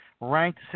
Ranked